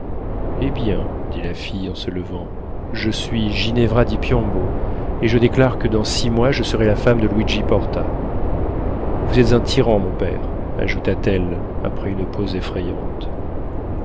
eh bien dit la fille en se levant je suis ginevra di piombo et je déclare que dans six mois je serai la femme de luigi porta vous êtes un tyran mon père ajouta-t-elle après une pause effrayante